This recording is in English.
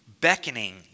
beckoning